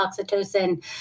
oxytocin